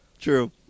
True